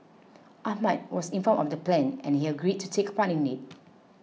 Ahmad was informed of the plan and he agreed to take a part in it